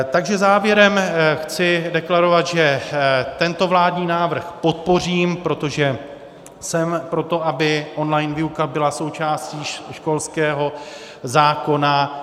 Takže závěrem chci deklarovat, že tento vládní návrh podpořím, protože jsem pro to, aby online výuka byla součástí školského zákona.